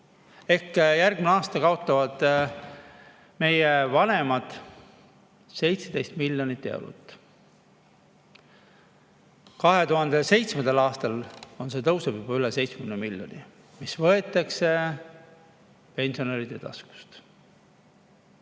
Ehk järgmisel aastal kaotavad meie vanemad 17 miljonit eurot. 2027. aastal tõuseb see juba üle 70 miljoni, mis võetakse pensionäride taskust.